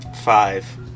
Five